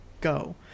go